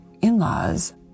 in-laws